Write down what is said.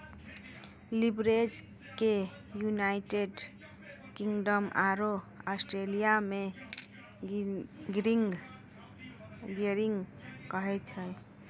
leverage के United Kingdom आरो Australia मे गियरिंग कहै छै